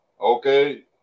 Okay